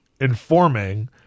informing